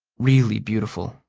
really beautiful.